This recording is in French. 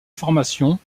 formation